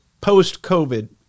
post-COVID